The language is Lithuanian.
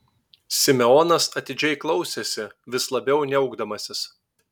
simeonas atidžiai klausėsi vis labiau niaukdamasis